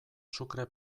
sucre